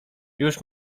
już